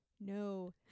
No